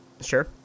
Sure